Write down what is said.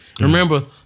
Remember